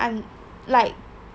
like